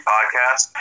Podcast